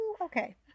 Okay